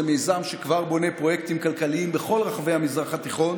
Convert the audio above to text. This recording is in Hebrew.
זה מיזם שכבר בונה פרויקטים כלכליים בכל רחבי המזרח התיכון